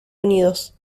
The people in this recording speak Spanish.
unidos